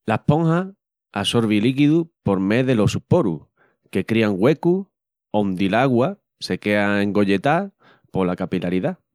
L'esponja asorvi líquidu por mé delos sus porus que crian güecus ondi l'augua se quea engolletá pola capilaridá.